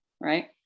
right